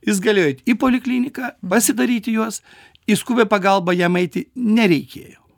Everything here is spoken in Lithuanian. jis galėjo eit į polikliniką pasidaryti juos į skubią pagalbą jam eiti nereikėjo